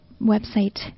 website-